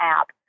app